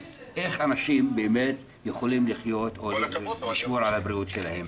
אז איך אנשים באמת יכולים לחיות ולשמור על הבריאות שלהם?